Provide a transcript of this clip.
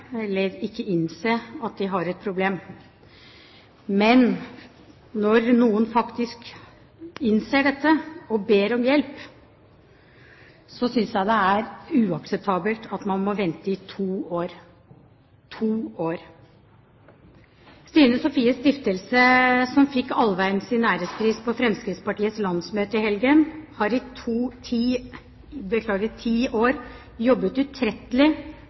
eller de vil ikke innse at de har et problem. Men når noen faktisk innser dette og ber om hjelp, synes jeg det er uakseptabelt at man må vente i to år. Stine Sofies Stiftelse, som fikk Alvheims ærespris på Fremskrittspartiets landsmøte i helgen, har i ti år jobbet utrettelig